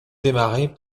démarrer